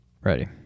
Ready